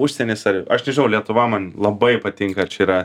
užsienis ar aš nežinau lietuva man labai patinka čia yra